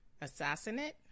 Assassinate